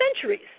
centuries